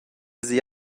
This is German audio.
sie